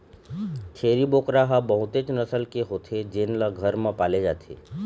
छेरी बोकरा ह बहुतेच नसल के होथे जेन ल घर म पाले जाथे